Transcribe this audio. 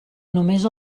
només